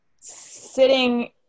sitting